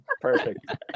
Perfect